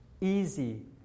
easy